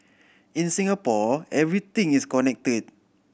in Singapore everything is connected